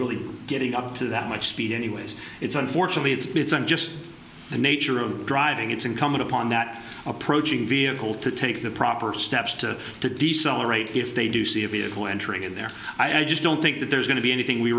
really getting up to that much speed anyways it's unfortunately it's bits and just the nature of driving it's incumbent upon that approaching vehicle to take the proper steps to to decelerate if they do see a vehicle entering in there i just don't think that there's going to be anything we